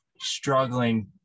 struggling